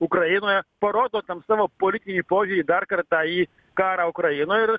ukrainoje parodo tam savo politinį į požiūrį dar kartą į karą ukrainoje ir